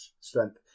strength